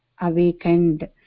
awakened